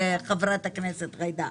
חברת הכנסת ג'ידא.